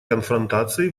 конфронтации